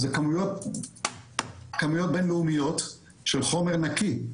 זה כמויות בין-לאומיות של חומר נקי.